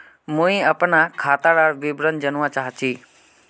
मुई अपना खातादार विवरण जानवा चाहची?